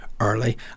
early